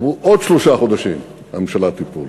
עברו עוד שלושה חודשים, הממשלה תיפול.